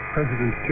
President